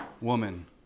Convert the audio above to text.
woman